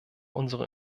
unsere